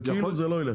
בכאילו זה לא יילך.